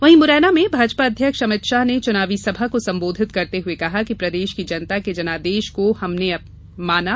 वहीं मुरैना में भाजपा अध्यक्ष अमित शाह ने चुनावी सभा को संबोधित करते हये कहा कि प्रदेश की जनता के जनादेश को हमने माना